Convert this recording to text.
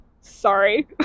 sorry